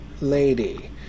lady